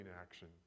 action